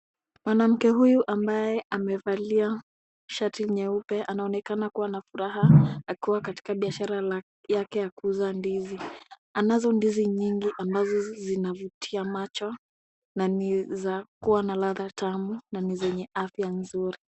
Mwanamke huyu ambaye amevalia shati nyeupe anaonekana kuwa na furaha akiwa katika biashara yake ya kuuza ndizi. Anazo ndizi nyingi ambazo zinavutia macho na ni za kuwa na ladha tamu na ni zenye afya nzuri.